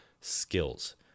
skills